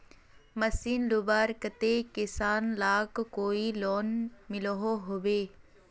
Machine लुबार केते किसान लाक कोई लोन मिलोहो होबे?